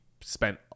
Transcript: spent